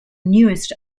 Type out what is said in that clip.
newest